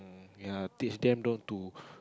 ya teach them not to